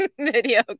video